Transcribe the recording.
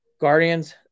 Guardians